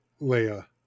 Leia